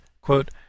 quote